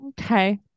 Okay